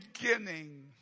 beginning